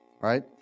right